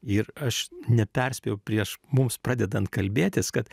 ir aš neperspėjau prieš mums pradedant kalbėtis kad